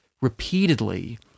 repeatedly